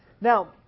Now